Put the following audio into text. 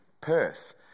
Perth